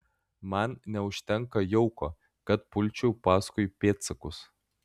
man neužtenka jauko kad pulčiau paskui pėdsakus